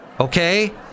okay